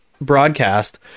broadcast